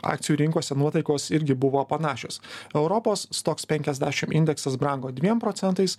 akcijų rinkose nuotaikos irgi buvo panašios europos stoks penkiasdešim indeksas brango dviem procentais